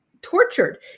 tortured